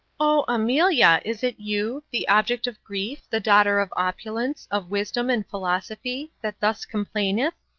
oh, amelia, is it you, the object of grief, the daughter of opulence, of wisdom and philosophy, that thus complaineth?